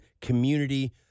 community